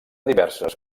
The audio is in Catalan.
diverses